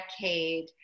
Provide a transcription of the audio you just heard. decade